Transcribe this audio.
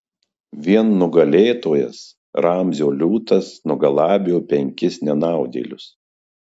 vien nugalėtojas ramzio liūtas nugalabijo penkis nenaudėlius